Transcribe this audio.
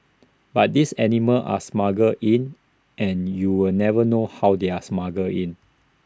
but these animals are smuggled in and you're never know how they are smuggled in